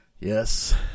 Yes